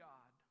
God